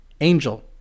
Angel